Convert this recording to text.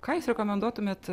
ką jūs rekomenduotumėt